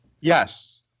Yes